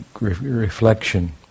reflection